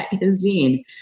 magazine